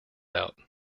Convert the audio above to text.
out